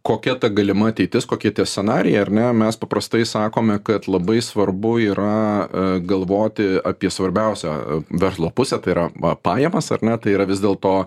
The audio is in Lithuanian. kokia ta galima ateitis kokie tie scenarijai ar ne mes paprastai sakome kad labai svarbu yra galvoti apie svarbiausią verslo pusę tai yra pajamas ar ne tai yra vis dėl to